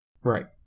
Right